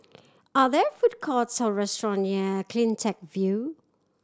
are there food courts or restaurant near Cleantech View